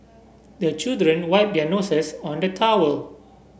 the children wipe their noses on the towel